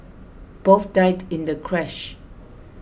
both died in the crash